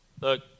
Look